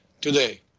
today